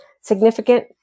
significant